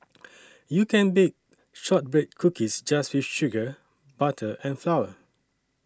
you can bake Shortbread Cookies just with sugar butter and flour